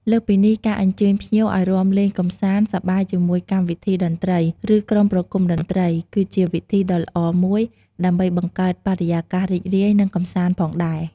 លើសពីនេះ ការអញ្ជើញភ្ញៀវឲ្យរាំលេងកម្សាន្តសប្បាយជាមួយកម្មវិធីតន្ត្រី ឬក្រុមប្រគុំតន្ត្រី គឺជាវិធីដ៏ល្អមួយ ដើម្បីបង្កើតបរិយាកាសរីករាយ និងកម្សាន្តផងដែរ។